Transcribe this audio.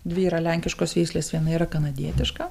dvi yra lenkiškos veislės viena yra kanadietiška